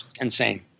insane